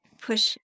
push